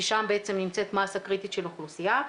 כי שם בעצם נמצאת מסה קריטית של אוכלוסייה.